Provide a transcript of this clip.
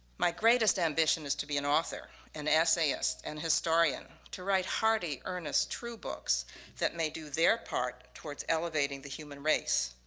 my greatest ambition is to be an author, an essayist, an and historian, to write hardy, earnest, true books that may do their part towards elevating the human race.